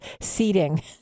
seating